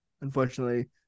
unfortunately